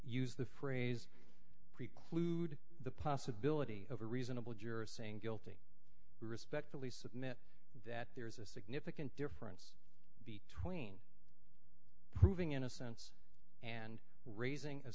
use the phrase preclude the possibility of a reasonable juror saying guilty respectfully submit that there is a significant difference between proving innocence and raising a